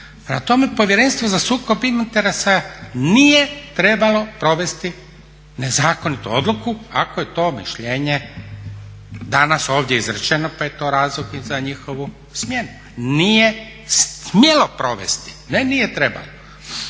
tome, Povjerenstvo za sukob interesa nije trebalo provesti nezakonitu odluku, ako je to mišljenje danas ovdje izrečeno pa je to razlog i za njihovu smjenu. Nije smjelo provesti, ne nije trebalo.